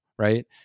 right